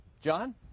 john